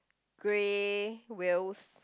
grey wheels